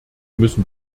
müssen